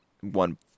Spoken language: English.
one